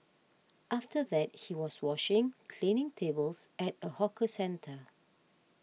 after that he was washing cleaning tables at a hawker centre